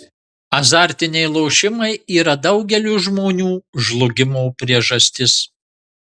azartiniai lošimai yra daugelio žmonių žlugimo priežastis